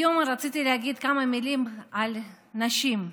היום רציתי להגיד כמה מילים על נשים,